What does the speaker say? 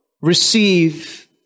receive